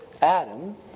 Adam